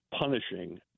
punishing